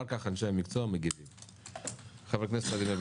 קודם כול חברי הכנסת מתייחסים ואחר כך אנשי המקצוע מגיבים.